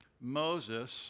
Moses